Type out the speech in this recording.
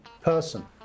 person